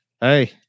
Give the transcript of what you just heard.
Hey